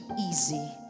easy